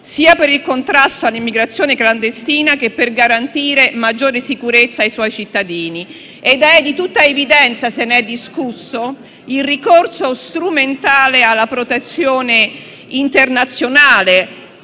sia per il contrasto all'immigrazione clandestina, che per garantire maggiore sicurezza ai suoi cittadini. È di tutta evidenza - se ne è discusso - il ricorso strumentale alla protezione internazionale.